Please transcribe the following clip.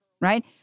right